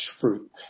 fruit